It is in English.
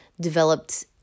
developed